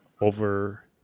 over